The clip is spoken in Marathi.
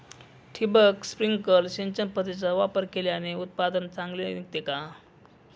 ठिबक, स्प्रिंकल सिंचन पद्धतीचा वापर केल्याने उत्पादन चांगले निघते का?